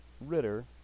Ritter